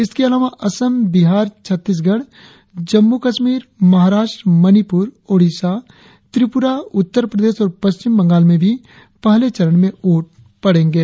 इसके अलावा असम बिहार छत्तीसगढ़ जम्मू कश्मीर महाराष्ट्र मणीपुर ओड़िसा त्रिपुरा उत्तर प्रदेश और पश्चिम बंगाल में भी पहले चरण में वोट पड़ेंगे